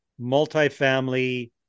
multifamily